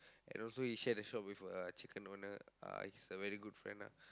and also he share the shop with a chicken owner uh he's a very good friend ah